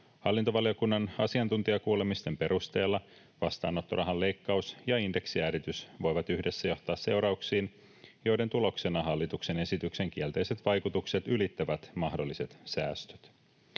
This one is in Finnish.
Hallintovaliokunnan asiantuntijakuulemisten perusteella vastaanottorahan leikkaus ja indeksijäädytys voivat yhdessä johtaa seurauksiin, joiden tuloksena hallituksen esityksen kielteiset vaikutukset ylittävät mahdolliset säästöt.